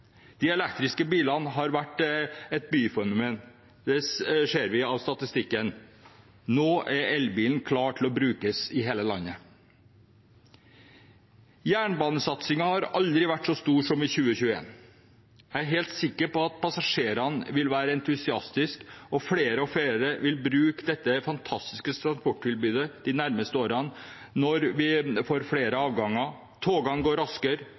De elektriske bilene har vært et byfenomen, det ser vi av statistikken. Nå er elbilen klar til å brukes i hele landet. Jernbanesatsingen har aldri vært så stor som i 2021. Jeg er helt sikker på at passasjerene vil være entusiastiske, og flere og flere vil bruke dette fantastiske transporttilbudet de nærmeste årene når vi får flere avganger, togene går raskere